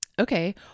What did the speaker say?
Okay